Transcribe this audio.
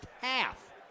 half